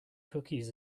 cookies